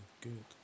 good